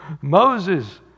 Moses